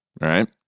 right